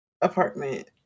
apartment